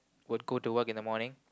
would go to work in the morning